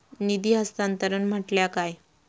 निधी हस्तांतरण म्हटल्या काय?